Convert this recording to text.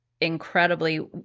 incredibly